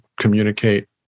communicate